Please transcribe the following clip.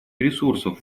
ресурсов